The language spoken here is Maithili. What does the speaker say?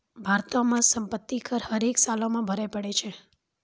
भारतो मे सम्पति कर हरेक सालो मे भरे पड़ै छै